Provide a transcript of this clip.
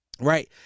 right